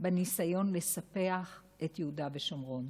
בניסיון לספח את יהודה ושומרון.